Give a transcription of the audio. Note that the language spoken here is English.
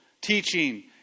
teaching